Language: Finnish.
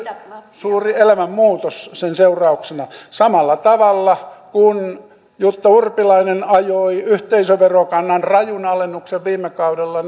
suuri elämänmuutos sen seurauksena samalla tavalla kuin jutta urpilainen ajoi yhteisöverokannan rajun alennuksen viime kaudella